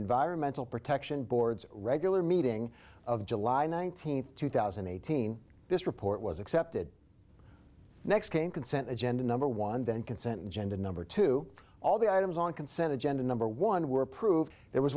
environmental protection board's regular meeting of july nineteenth two thousand and eighteen this report was accepted next came consent agenda number one then consent agenda number two all the items on consent agenda number one were approved there was